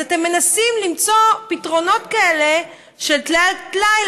אז אתם מנסים למצוא פתרונות כאלה של טלאי על טלאי,